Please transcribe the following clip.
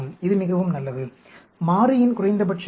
இது மிகவும் நல்லது மாறியின் குறைந்தபட்ச எண்